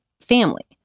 family